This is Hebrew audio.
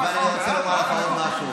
אני רוצה לומר לך עוד משהו,